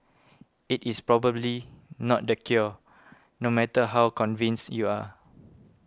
it is probably not the cure no matter how convinced you are